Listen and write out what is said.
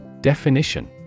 Definition